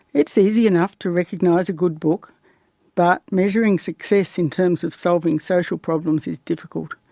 it's easy enough to recognise a good book but measuring success in terms of solving social problems is difficult,